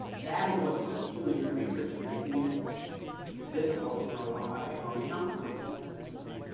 that is what's skewing the research and making it difficult to rely on the outcomes, at this point.